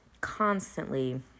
constantly